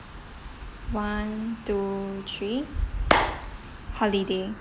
one two three holiday